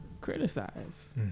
criticize